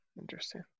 Interesting